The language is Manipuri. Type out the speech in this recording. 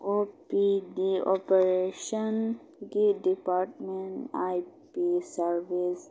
ꯑꯣ ꯄꯤ ꯗꯤ ꯑꯣꯄꯔꯦꯁꯟꯒꯤ ꯗꯤꯄꯥꯔꯠꯃꯦꯟ ꯑꯥꯏ ꯄꯤ ꯁꯔꯕꯤꯁ